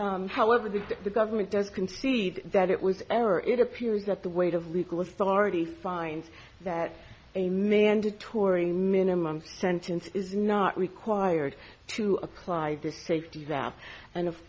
however because the government does concede that it was an error it appears that the weight of legal authority finds that a mandatory minimum sentence is not required to apply the safety zap and of